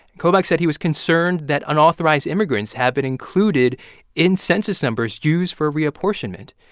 kobach said he was concerned that unauthorized immigrants had been included in census numbers used for reapportionment.